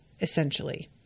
essentially